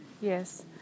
yes